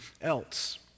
else